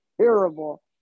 terrible